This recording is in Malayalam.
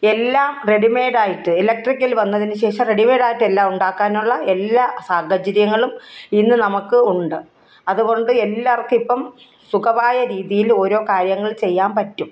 എല്ലാം റെഡിമെയ്ഡായിട്ട് ഇലക്ട്രിക്കൽ വന്നതിന് ശേഷം റെഡിമെയ്ഡായിട്ടെല്ലാം ഉണ്ടാക്കാനുള്ള എല്ലാ സാഹചര്യങ്ങളും ഇന്ന് നമുക്ക് ഉണ്ട് അതുകൊണ്ട് എല്ലാവർക്ക് ഇപ്പം സുഖമായ രീതിയിൽ ഓരോ കാര്യങ്ങൾ ചെയ്യാൻ പറ്റും